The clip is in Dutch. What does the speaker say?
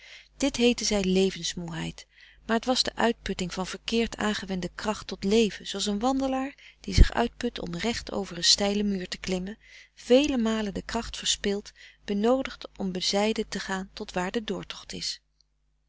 doods heette zij levensmoeheid maar het was de uitputting van verkeerd aangewende kracht tot leven zooals een wandelaar die zich uitput om recht over een steilen muur te klimmen vele malen de kracht verspilt benoodigd om bezijden te gaan tot waar de doortocht is